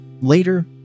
Later